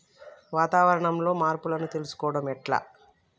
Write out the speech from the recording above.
వాతావరణంలో మార్పులను తెలుసుకోవడం ఎట్ల?